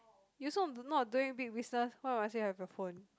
you also do not doing big business why must you have your phone